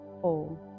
four